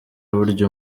burya